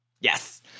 Yes